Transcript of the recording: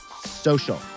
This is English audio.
social